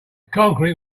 concrete